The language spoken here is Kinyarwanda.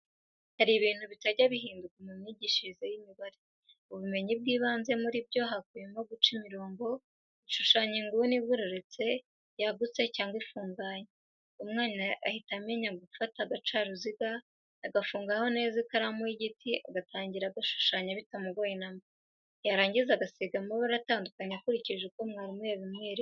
Hari ibintu bitajya bihinduka mu myigishirize y'imibare, ubumenyi bw'ibanze muri byo hakubiyemo guca imirongo, gushushanya inguni igororotse, yagutse cyangwa ifunganye, umwana ahita amenya gufata agacaruziga agafungaho neza ikaramu y'igiti, agatangira agashushanya bitamugoye na mba, yarangiza agasiga amabara atandukanye akurikije uko mwarimu yabimweretse.